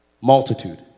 multitude